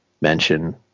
mention